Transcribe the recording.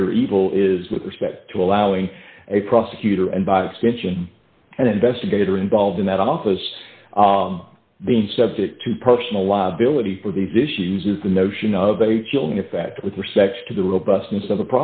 greater evil is with respect to allowing a prosecutor and by extension an investigator involved in that office being subject to personal liability for these issues is the notion of a chilling effect with respect to the